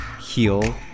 heal